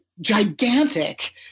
gigantic